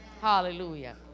Hallelujah